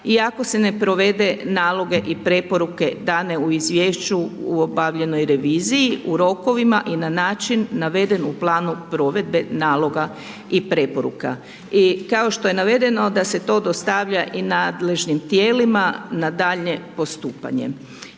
i ako se ne provede naloge i preporuke dane u izvješću u obavljenoj reviziji u rokovima i na način naveden u planu provedbe naloga i preporuka. I kao što je navedeno da se to dostavlja i nadležnim tijelima na daljnje postupanje.